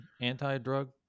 anti-drug